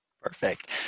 Perfect